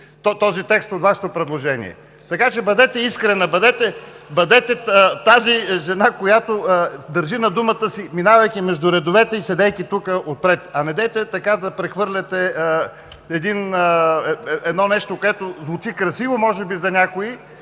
този текст от Вашето предложение. Така че бъдете искрена, бъдете тази жена, която държи на думата си, минавайки между редовете, и седейки тук, отпред. Недейте така да прехвърляте едно нещо, което звучи красиво може би за някой,